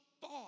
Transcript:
thought